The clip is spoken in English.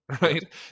right